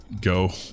go